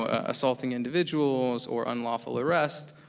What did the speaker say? ah assaulting individuals, or unlawful arrest,